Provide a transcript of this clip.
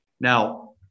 Now